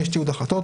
תיעוד החלטות